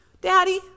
Daddy